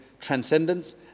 transcendence